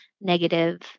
negative